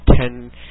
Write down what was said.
ten